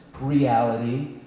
reality